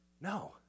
No